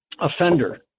offender